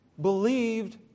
believed